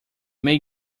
may